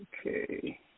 Okay